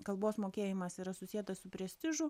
kalbos mokėjimas yra susietas su prestižu